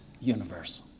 universe